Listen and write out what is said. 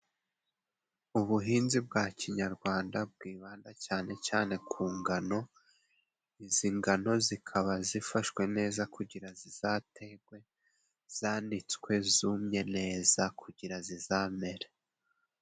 Ubuhinzi bwa kinyarwanda bwibanda cyane cyane ku ngano, izi ngano zikaba zifashwe neza kugirazaterwe, zanditswe zumye neza kugira zizamere.